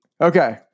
Okay